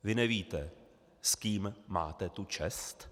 Vy nevíte, s kým máte tu čest?